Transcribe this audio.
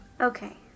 Okay